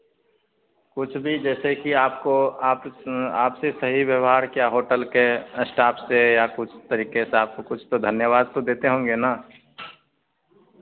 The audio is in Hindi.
कुछ भी जैसे कि आपको आप आपसे सही व्यवहार क्या होटल के स्टाफ से या कुछ तरीके से आपको कुछ तो धन्यवाद तो देते होंगे ना